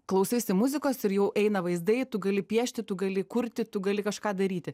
klausaisi muzikos ir jau eina vaizdai tu gali piešti tu gali kurti tu gali kažką daryti